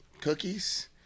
cookies